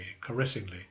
caressingly